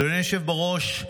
אדוני היושב-ראש,